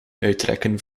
uittrekken